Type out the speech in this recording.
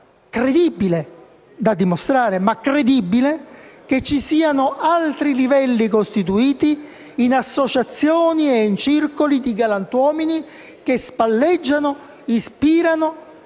possibilità (da dimostrare ma credibile) che ci siano altri livelli costituiti in associazioni e circoli di galantuomini che spalleggiano, ispirano e